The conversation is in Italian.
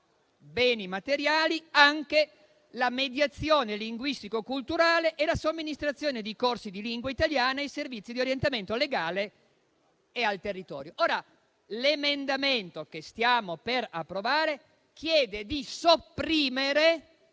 beni materiali, anche la mediazione linguistico-culturale, la somministrazione di corsi di lingua italiana e i servizi di orientamento legale e al territorio. L'emendamento che stiamo per approvare chiede di sopprimere